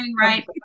right